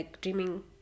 dreaming